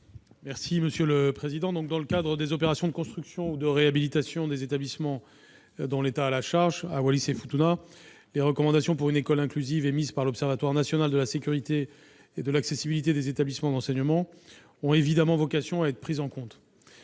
du Gouvernement ? Dans le cadre des opérations de construction ou de réhabilitation des établissements dont l'État à la charge à Wallis et à Futuna, les recommandations pour une école inclusive, émises par l'Observatoire national de la sécurité et de l'accessibilité des établissements d'enseignement ont évidemment vocation à être prises en compte.